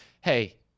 Hey